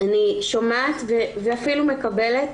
אני שומעת ומקבלת,